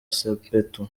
sepetu